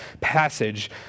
passage